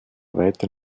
weiter